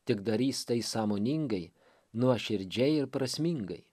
tik darys tai sąmoningai nuoširdžiai ir prasmingai